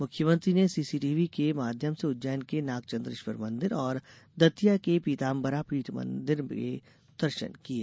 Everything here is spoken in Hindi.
मुख्यमंत्री ने सीसीटीव्ही के माध्यम से उज्जैन के नागचंद्रेश्वर मंदिर और दतिया के पीताम्बरा पीठ मंदिर के दर्शन किये